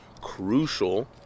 crucial